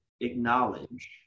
acknowledge